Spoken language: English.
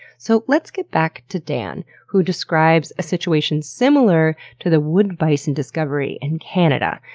so let's get back to dan, who describes a situation similar to the wood bison discovery in canada.